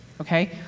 okay